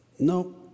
No